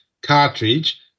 cartridge